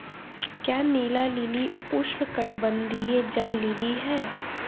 क्या नीला लिली उष्णकटिबंधीय जल लिली है?